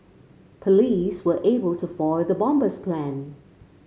police were able to foil the bomber's plan